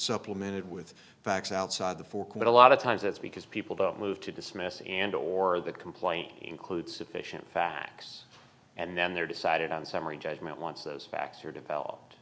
supplemented with facts outside for quite a lot of times that's because people don't move to dismiss and or the complaint include sufficient facts and then there decided on summary judgment once those facts are developed